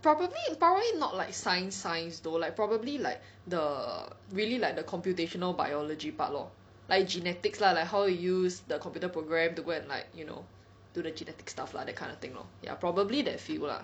probably probably not like science science though like probably like the really like the computational biology part lor like genetics lah like how you use the computer program to go and like you know do the genetic stuff lah that kind of thing lor ya probably that field lah